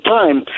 time